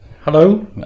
Hello